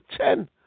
ten